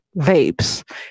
vapes